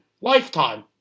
Lifetime